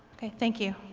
thank you.